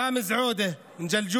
ראמז עודה מג'לג'וליה,